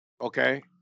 Okay